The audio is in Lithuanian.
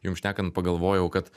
jum šnekant pagalvojau kad